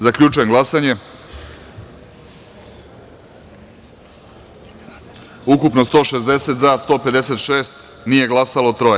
Zaključujem glasanje: ukupno – 160, za – 156, nije glasalo – troje.